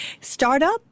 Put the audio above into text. startup